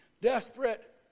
desperate